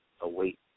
await